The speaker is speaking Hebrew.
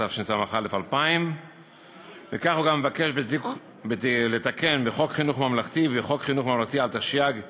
התשס"א 2000. כך הוא גם מבקש לתקן בחוק חינוך ממלכתי התשי"ג 1953,